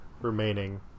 remaining